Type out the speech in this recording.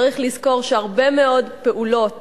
צריך לזכור שהרבה מאוד פעולות